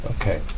Okay